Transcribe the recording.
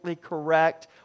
correct